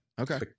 okay